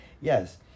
Yes